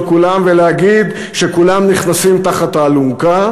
כולם ולהגיד שכולם נכנסים תחת האלונקה,